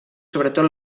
sobretot